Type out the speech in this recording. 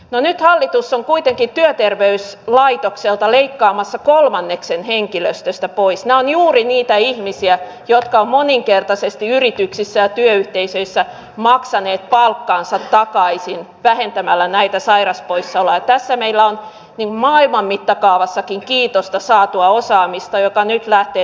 no nyt hallitus on kuitenkin työterveyslaitokselta leikkaamassa kolmanneksen henkilöstöstä poisna juuri niitä ihmisiä jotka moninkertaisesti yrityksissä ja työyhteisöissä maksaneet palkkaansa takaisin vähentämällä näitä sairauspoissaoloja tässä meillä on maailman mittakaavassakin kiitosta saatua osaamista jota nyt lähtee